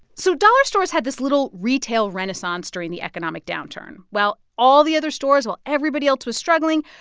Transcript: so dollar stores had this little retail renaissance during the economic downturn. while all the other stores, while everybody else was struggling,